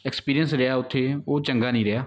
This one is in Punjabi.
ਐਕਸਪੀਰੀਅੰਸ ਰਿਹਾ ਉੱਥੇ ਉਹ ਚੰਗਾ ਨਹੀਂ ਰਿਹਾ